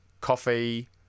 coffee